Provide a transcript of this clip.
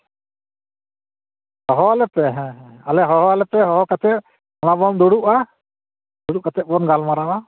ᱦᱚᱦᱚᱣᱟᱞᱮ ᱯᱮ ᱟᱞᱮ ᱦᱚᱦᱚᱣᱟᱞᱮ ᱯᱮ ᱦᱚᱦᱚ ᱠᱟᱛᱮᱫ ᱛᱷᱚᱲᱟ ᱵᱚᱱ ᱫᱩᱲᱩᱯᱼᱟ ᱫᱩᱲᱩᱯ ᱠᱟᱛᱮᱫ ᱵᱚᱱ ᱜᱟᱞᱢᱟᱨᱟᱣᱟ